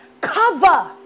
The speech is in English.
cover